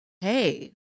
hey